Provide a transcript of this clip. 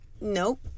Nope